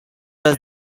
does